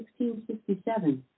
1667